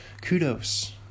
kudos